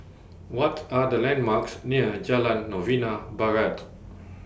What Are The landmarks near Jalan Novena Barat